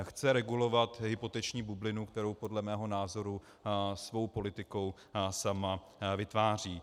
Chce regulovat hypoteční bublinu, kterou podle mého názoru svou politikou sama vytváří.